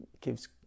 gives